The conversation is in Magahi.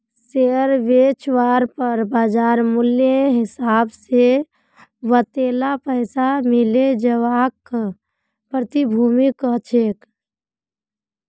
शेयर बेचवार पर बाज़ार मूल्येर हिसाब से वतेला पैसा मिले जवाक प्रतिभूति कह छेक